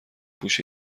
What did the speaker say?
پوش